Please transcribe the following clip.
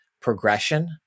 progression